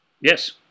Yes